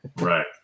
Right